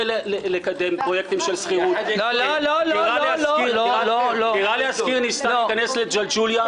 אני אעשה את זה בקצרה.